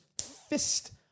fist